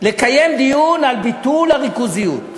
לקיים דיון על ביטול הריכוזיות.